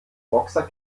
boxsack